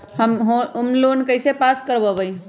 Home loan कैसे pass कर बाबई?